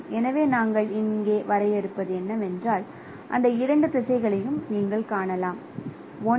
எனவே நாங்கள் இங்கே வரையறுப்பது என்னவென்றால் அந்த இரண்டு திசைகளையும் நீங்கள் காணலாம் ஒன்று